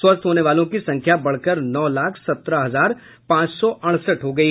स्वस्थ होने वालों की संख्या बढ़कर नौ लाख सत्रह हजार पांच सौ अड़सठ हो गयी